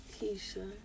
Keisha